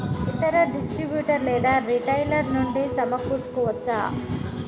ఇతర డిస్ట్రిబ్యూటర్ లేదా రిటైలర్ నుండి సమకూర్చుకోవచ్చా?